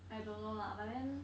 I don't know lah but then